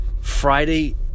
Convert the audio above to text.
Friday